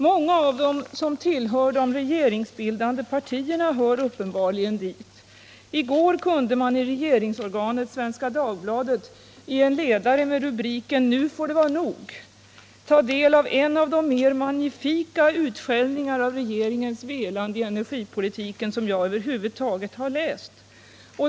Många av dem som tillhör de regeringsbildande partierna hör uppenbarligen dit. I går kunde vi i regeringsorganet Svenska Dagbladet i en ledare med rubriken ”Nu får det vara nog!” ta del av en av de mest magnifika utskällningar av regeringens velande i energipolitiken som jag över huvud taget har läst.